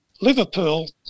Liverpool